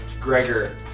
Gregor